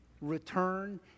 return